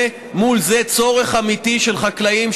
ומול זה יש צורך אמיתי של חקלאים.